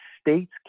states